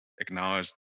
acknowledge